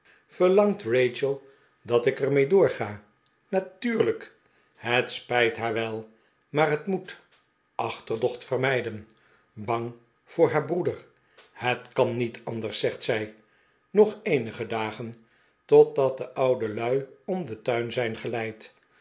verlangt rachel dat ik er mee doorga natuurlijk het spijt haar wel maar het moet achterdocht vermijden bang voor haar breeder het kan niet anders zegt zij nog eenige dagen totdat de oude lui om den tuin zijn geleid